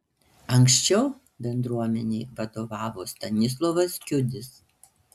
anksčiau bendruomenei vadovavo stanislovas kiudis